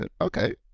okay